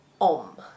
Om